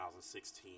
2016